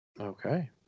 Okay